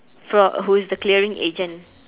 from who is the clearing agent